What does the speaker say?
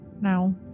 now